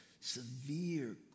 severe